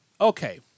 Okay